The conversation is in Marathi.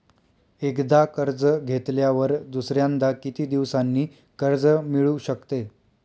एकदा कर्ज घेतल्यावर दुसऱ्यांदा किती दिवसांनी कर्ज मिळू शकते?